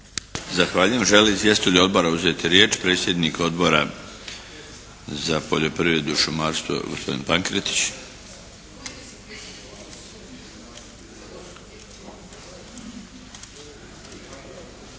Zahvaljujem. Žele li izvjestitelji odbora uzeti riječ? Predsjednik odbora za poljoprivredu i šumarstvo gospodin Pankretić.